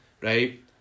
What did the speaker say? right